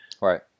Right